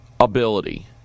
Ability